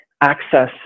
access